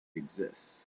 exists